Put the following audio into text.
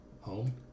Home